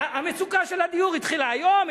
המצוקה של הדיור התחילה היום?